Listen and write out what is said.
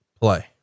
play